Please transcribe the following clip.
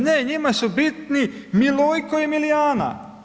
Ne njima su bitni Milojko i Milijana.